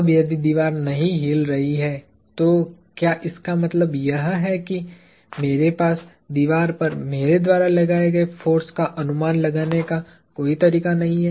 अब यदि दीवार नहीं हिल रही है तो क्या इसका मतलब यह है कि मेरे पास दीवार पर मेरे द्वारा लगाए गए फोर्स का अनुमान लगाने का कोई तरीका नहीं है